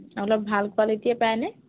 অলপ ভাল কোৱালিটীয়ে পায়নে